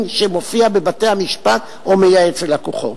שמופיע בבתי-המשפט או מייעץ ללקוחו,